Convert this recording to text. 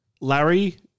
Larry